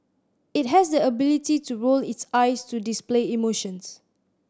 it has the ability to roll its eyes to display emotions